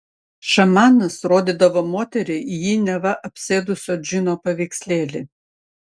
šamanas rodydavo moteriai jį neva apsėdusio džino paveikslėlį